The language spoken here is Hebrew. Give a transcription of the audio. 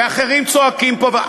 ואחרים צועקים פה.